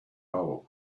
hole